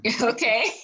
Okay